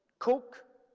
cook,